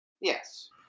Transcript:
Yes